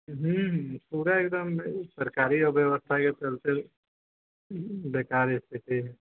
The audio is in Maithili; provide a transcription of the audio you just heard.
हूँ हूँ पूरे एकदम सरकारी अव्यवस्था के चलते बेकार स्थिति है